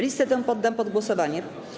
Listę tę poddam pod głosowanie.